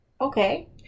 okay